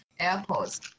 AirPods